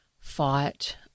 fought